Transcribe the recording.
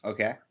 Okay